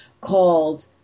called